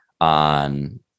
on